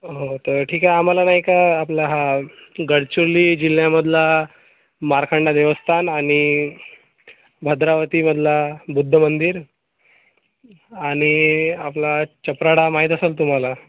हो तर ठीक आहे आम्हाला नाही का आपला हा गडचोल्ली जिल्ह्यामधला मार्कंडा देवस्थान आणि भद्रावतीमधला बुद्ध मंदिर आणि आपला चपराळा माहीत असंल तुम्हाला